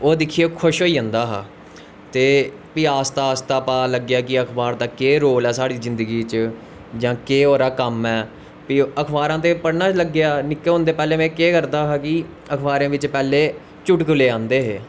ओह् दिक्खियै खुश होई जंदा हा ते फ्ही आस्ता आस्ता पता लग्गेआ कि अखबार दा केह् रोल ऐ साढ़ी जिन्दगी च जां केह् ओह्दा कम्म ऐ फ्हा अखबारां ते पढ़ना लग्गेआ निक्के होंदे पैह्लें में केह् करदा हा कि अखबारें बिच्च पैह्ॅलें चुटकले आंदे हे